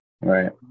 Right